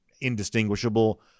indistinguishable